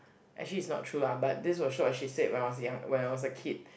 actually is not true lah but this was what she said when I was young when I was a kid